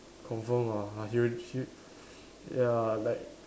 confirm ah you she ya like